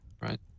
right